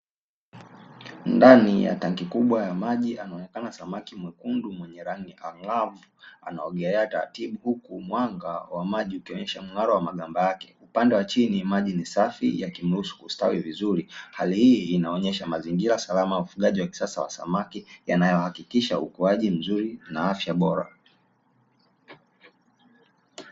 Ndani ya tenki kubwa ya maji, anaonekana samaki mwekundu mwenye rangi ang'avu, anaogelea taratibu huku mwanga wa maji ukionyesha uzuri wa magamba yake, upande wa chini maji ni safi yakimruhusu kustawi vizuri. Hali hii inaonyesha mazingira salama ya ufugaji wa kisasa wa samaki yanayohakikisha ukuaji mzuri na afya bora.